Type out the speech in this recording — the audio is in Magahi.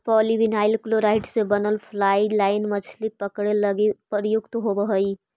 पॉलीविनाइल क्लोराइड़ से बनल फ्लाई लाइन मछली पकडे लगी प्रयुक्त होवऽ हई